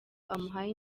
amuhaye